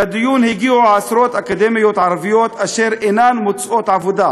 לדיון הגיעו עשרות אקדמאיות ערביות אשר אינן מוצאות עבודה,